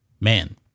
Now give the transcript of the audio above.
Man